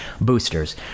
Boosters